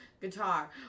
guitar